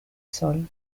sol